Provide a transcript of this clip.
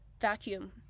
vacuum